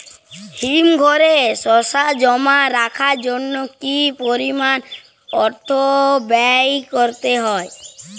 হিমঘরে শসা জমা রাখার জন্য কি পরিমাণ অর্থ ব্যয় করতে হয়?